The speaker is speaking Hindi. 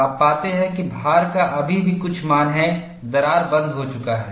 आप पाते हैं कि भार का अभी भी कुछ मान है दरार बंद हो चुका है